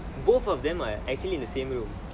both of them are actually in the same room